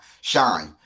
Shine